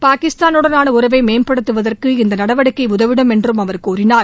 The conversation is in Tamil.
பாகிஸ்தானுடனான உறவை மேம்படுத்துவதற்கு இந்த நடவடிக்கை உதவிடும் என்றும் அவர் கூறினார்